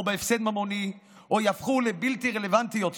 בהפסד ממוני או שהן יהפכו לבלתי רלוונטיות יותר.